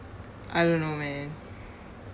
I don't know man